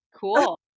cool